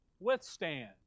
Withstand